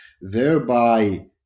thereby